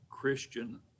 christian